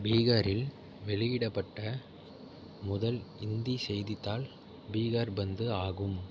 பீகாரில் வெளியிடப்பட்ட முதல் இந்தி செய்தித்தாள் பிகார்பந்து ஆகும்